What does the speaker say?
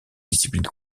disciplines